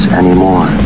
anymore